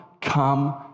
come